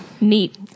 Neat